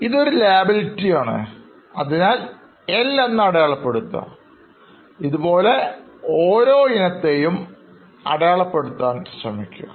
ഇതൊരു Liability ആണ് അതിനാൽ L എന്ന് അടയാളപ്പെടുത്തുക ഇതുപോലെ ഓരോ ഇനത്തെയും അടയാളപ്പെടുത്താൻ ശ്രമിക്കുക